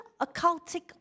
occultic